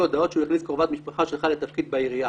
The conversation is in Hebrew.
הודעות שהוא הכניס קרובת משפחה שלך לתפקיד בעירייה".